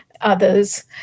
others